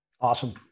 Awesome